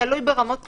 תלוי ברמות הבכירות.